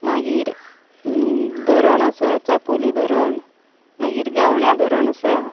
मागीर धरण आसा चापोली धरण मागीर गावण्या धरण आसा